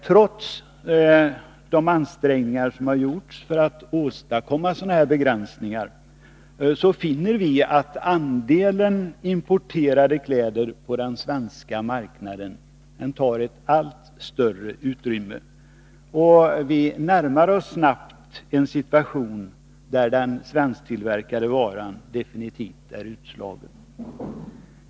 Trots de ansträngningar som gjorts för att åstadkomma sådana begränsningar finner vi att andelen importerade kläder på den svenska marknaden tar ett allt större utrymme och att vi snabbt närmar oss en situation där den svensktillverkade varan definitivt är utslagen.